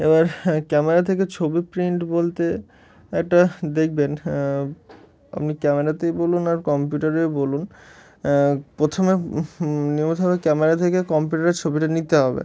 এবার ক্যামেরা থেকে ছবি প্রিন্ট বলতে একটা দেখবেন আপনি ক্যামেরাতেই বলুন আর কম্পিউটারেই বলুন প্রথমে নিয়মিতভাবে ক্যামেরা থেকে কম্পিউটারের ছবিটা নিতে হবে